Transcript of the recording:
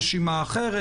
רשימה אחרת.